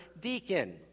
deacon